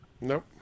Nope